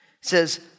says